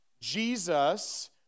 Jesus